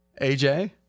AJ